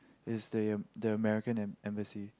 is the the American and and a sea